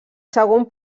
segon